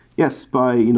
yes. by you know